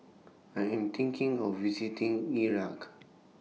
I Am thinking of visiting Iraq